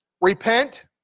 Repent